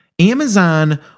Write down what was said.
Amazon